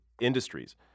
industries